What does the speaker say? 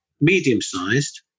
medium-sized